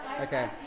Okay